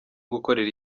gukorera